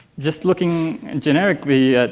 just looking generically,